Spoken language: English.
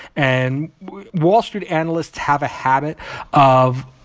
and wall street analysts have a habit of,